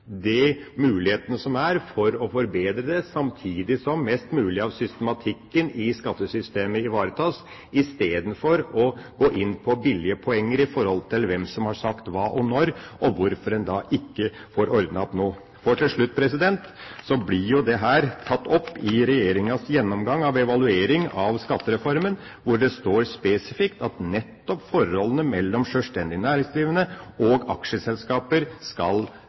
mulighetene som er for å forbedre det, samtidig som mest mulig av systematikken i skattesystemet ivaretas, istedenfor å gå inn på billige poenger med hensyn til hvem som har sagt hva, når det er sagt, og hvorfor en ikke får ordnet opp nå. Til slutt blir jo dette tatt opp i regjeringas gjennomgang av evaluering av skattereformen, hvor det står spesifikt at nettopp forholdene mellom sjølstendig næringsdrivende og aksjeselskaper skal